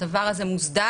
שהדבר הזה מוסדר.